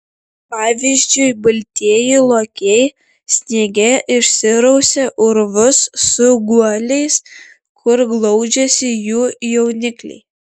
pavyzdžiui baltieji lokiai sniege išsirausia urvus su guoliais kur glaudžiasi jų jaunikliai